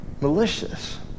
malicious